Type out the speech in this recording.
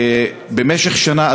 במשך שנה,